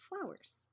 flowers